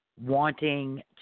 wanting